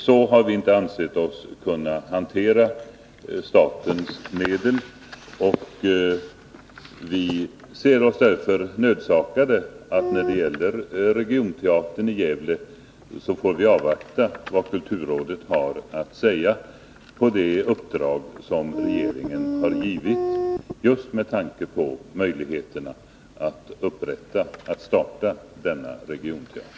Så har vi inte ansett oss kunna hantera statens medel, och vi ser oss därför nödsakade att när det gäller regionteatern i Gävle avvakta vad kulturrådet har att säga inom det uppdrag som regeringen har gett just med tanke på möjligheten att starta denna regionteater.